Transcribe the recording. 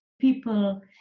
people